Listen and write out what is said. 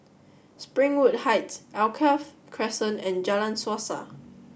Springwood Heights Alkaff Crescent and Jalan Suasa